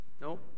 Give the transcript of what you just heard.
No